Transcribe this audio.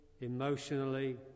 emotionally